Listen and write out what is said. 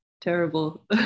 Terrible